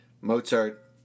Mozart